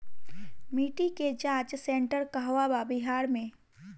मिटी के जाच सेन्टर कहवा बा बिहार में?